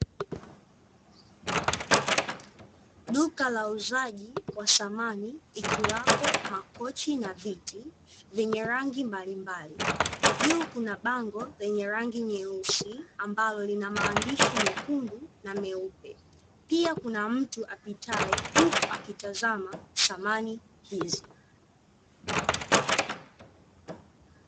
Duka la uuzaji wa samani, ikiwapo makochi na viti vyenye rangi mbalimbali. Juu kuna bango lenye rangi nyeusi ambalo linamaanishi mekundu na meupe. Pia kuna mtu apitaye huku akitazama samani hizi.